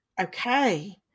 Okay